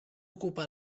ocupa